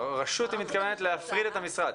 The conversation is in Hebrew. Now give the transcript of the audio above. רשות, היא מתכוונת להפריד את המשרד.